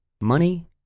Money